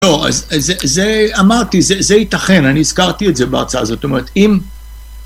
לא, זה אמרתי, זה ייתכן, אני הזכרתי את זה בהרצאה הזאת. זאת אומרת, אם...